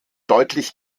deutlich